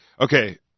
Okay